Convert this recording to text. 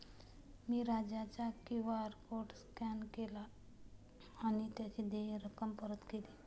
मी राजाचा QR code scan केला आणि त्याची देय रक्कम परत केली